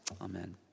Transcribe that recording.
amen